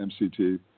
MCT